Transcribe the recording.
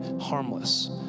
Harmless